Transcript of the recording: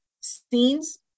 scenes